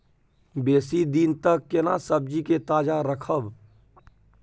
बेसी दिन तक केना सब्जी के ताजा रखब?